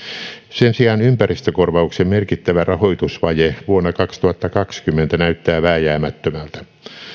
sen sijaan ympäristökorvauksen merkittävä rahoitusvaje vuonna kaksituhattakaksikymmentä näyttää vääjäämättömältä